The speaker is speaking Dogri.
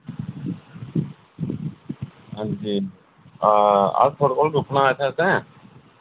हांजी हां अस थुआढ़े कोल रुकना इत्थै असें